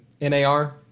NAR